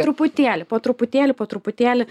truputėlį po truputėlį po truputėlį